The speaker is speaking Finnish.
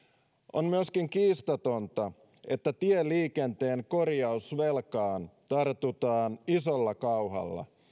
on myöskin kiistatonta että tieliikenteen korjausvelkaan tartutaan isolla kauhalla